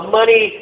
money